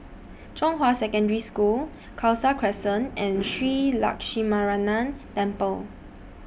Zhonghua Secondary School Khalsa Crescent and Shree Lakshminarayanan Temple